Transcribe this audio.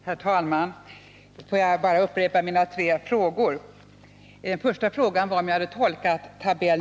Herr talman! Får jag bara upprepa mina tre frågor. Den första frågan var om jag hade tolkat tab.